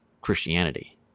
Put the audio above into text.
Christianity